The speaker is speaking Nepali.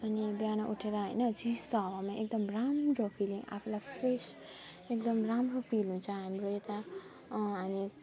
अनि बिहान उठेर होइन चिसो हावामा एकदम राम्रो फिल आफूलाई फ्रेस एकदम राम्रो फिल हुन्छ हाम्रो यता हामी